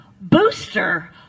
booster